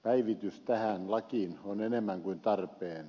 päivitys tähän lakiin on enemmän kuin tarpeen